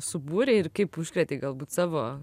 subūrei ir kaip užkrėtei galbūt savo